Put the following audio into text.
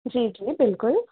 जी जी बिल्कुलु